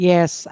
Yes